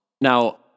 Now